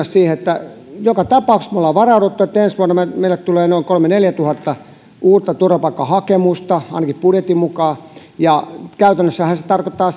siihen joka tapauksessa me olemme varautuneet siihen että ensi vuonna meille tulee noin kolmetuhatta viiva neljätuhatta uutta turvapaikkahakemusta ainakin budjetin mukaan ja käytännössähän se tarkoittaa